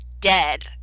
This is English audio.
dead